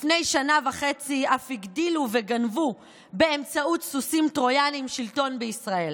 לפני שנה וחצי אף הגדילו וגנבו שלטון בישראל